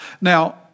Now